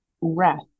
rest